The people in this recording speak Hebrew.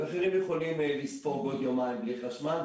אחרים יכולים לספוג עם יומיים בלי חשמל,